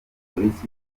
polisi